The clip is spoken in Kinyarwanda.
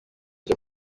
cyo